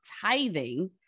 tithing